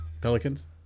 Pelicans